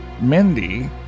Mindy